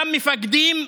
גם מפקדים,